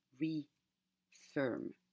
re-firm